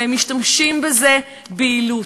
והם משתמשים בזה ביעילות.